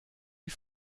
wie